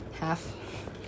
Half